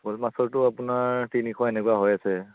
শ'ল মাছৰটো আপোনাৰ তিনিশ এনেকুৱা হৈ আছে